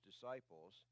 disciples